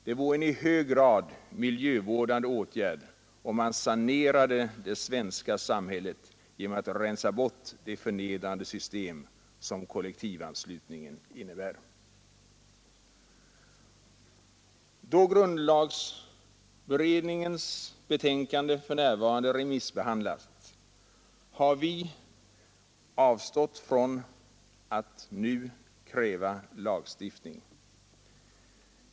Det vore en i hög grad miljövårdande åtgärd om man sanerade det svenska Fredagen den sam hället genom att rensa bort det förnedrande system som kollektivan 10 november 1972 slutningen innebär. Brr Kollektivanslutning till politiskt parti Då grundlagberedningens betänkande för närvarande remissbehandlas, har vi avstått från att nu kräva lagstiftning.